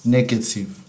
Negative